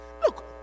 Look